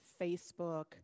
Facebook